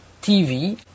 TV